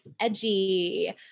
edgy